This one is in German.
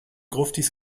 gruftis